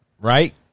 Right